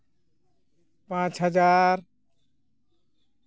ᱯᱟᱸᱪ ᱦᱟᱡᱟᱨ